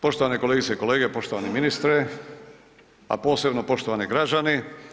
Poštovane kolegice i kolege, poštovani ministre, a posebno poštovani građani.